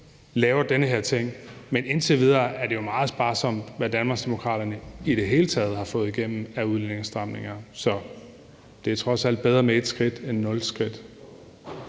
laver den her ting, men indtil videre er det jo meget sparsomt, hvad Danmarksdemokraterne i det hele taget har fået igennem af udlændingestramninger. Så det er trods alt bedre med ét skridt end nul skridt.